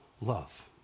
love